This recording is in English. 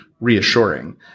Reassuring